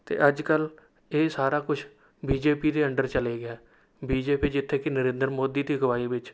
ਅਤੇ ਅੱਜ ਕੱਲ੍ਹ ਇਹ ਸਾਰਾ ਕੁਛ ਬੀ ਜੇ ਪੀ ਦੇ ਅੰਡਰ ਚਲੇ ਗਿਆ ਬੀ ਜੇ ਪੀ ਜਿੱਥੇ ਕਿ ਨਰਿੰਦਰ ਮੋਦੀ ਦੀ ਅਗਵਾਈ ਵਿੱਚ